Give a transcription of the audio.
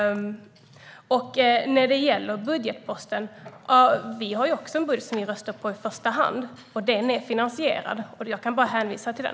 När det gäller budgetposten har vi också en budget som vi röstar på i första hand, och den är finansierad, så jag kan bara hänvisa till den.